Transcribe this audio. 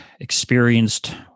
experienced